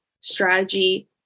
strategy